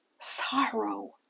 sorrow